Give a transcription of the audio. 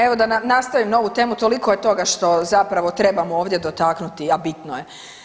Evo da nastavim na ovu temu, toliko je toga što zapravo trebamo ovdje dotaknuti, a bitno je.